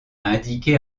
indiquer